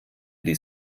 die